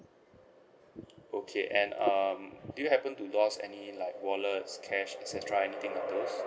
okay and um do you happen to lost any like wallet cash et cetera anything of those